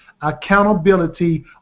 accountability